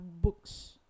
books